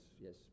Yes